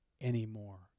anymore